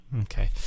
Okay